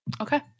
Okay